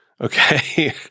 Okay